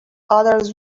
others